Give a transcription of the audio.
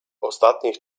ostatnich